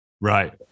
Right